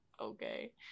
okay